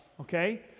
okay